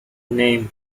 name